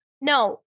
No